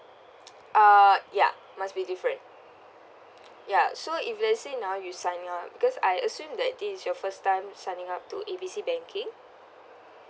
uh yeah must be different ya so if let's say now you sign up because I assume that this is your first time signing up to A B C bank okay